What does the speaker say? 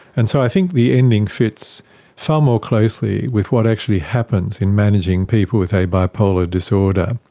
and so i think the ending fits far more closely with what actually happens in managing people with a bipolar disorder.